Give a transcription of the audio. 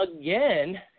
again